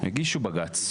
הגישו בגץ.